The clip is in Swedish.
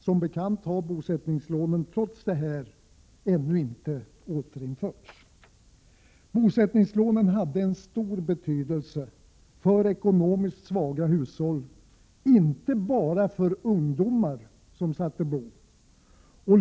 Som bekant har bosättningslånen trots detta ännu inte återinförts. Bosättningslånen hade stor betydelse för ekonomiskt svaga hushåll, inte bara för ungdomar som satte bo.